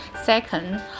Second